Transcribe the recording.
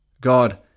God